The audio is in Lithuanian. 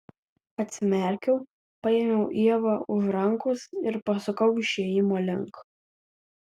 atsimerkiau paėmiau ievą už rankos ir pasukau išėjimo link